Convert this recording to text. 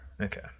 Okay